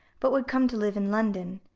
but would come to live in london.